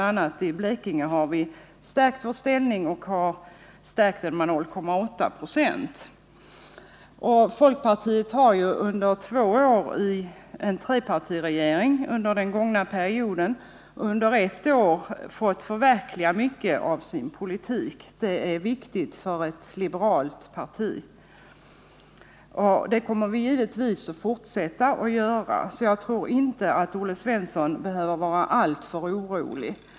a. i Blekinge har vi stärkt vår ställning med 0,8 procentenheter. Folkpartiet har ju under två år i en trepartiregering och under ett år som ensamt regeringsparti under den gångna perioden fått förverkliga mycket av sin politik. Det är viktigt för ett liberalt parti. Vi kommer givetvis att fortsätta att göra detta, så jag tror inte att Olle Svensson behöver vara alltför orolig.